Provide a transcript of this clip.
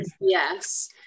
yes